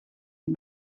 het